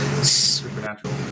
Supernatural